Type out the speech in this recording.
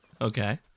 okay